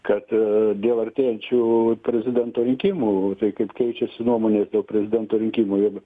kad dėl artėjančių prezidento rinkimų tai kaip keičiasi nuomonės dėl prezidento rinkimų ir